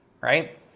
right